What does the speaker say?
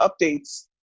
updates